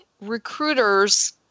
recruiters